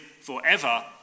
forever